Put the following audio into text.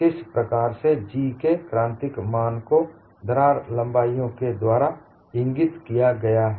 किस प्रकार से G के क्रांतिक मान को दरार लंबाईयों के द्वारा इंगित किया गया है